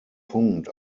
punkt